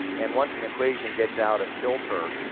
and once an equation gets out of kilter,